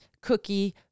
cookie